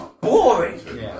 boring